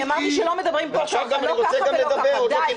אני אמרתי שלא מדברים פה עכשיו לא ככה ולא ככה.